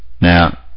Now